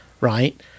right